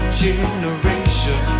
generation